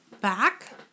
back